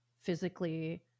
physically